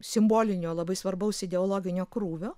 simbolinio labai svarbaus ideologinio krūvio